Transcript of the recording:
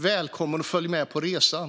Välkommen att följa med på resan!